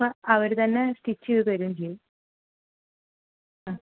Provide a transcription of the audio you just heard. അപ്പം അവർ തന്നെ സ്റ്റിച്ച് ചെയ്ത് തരുകയും ചെയ്യും ആ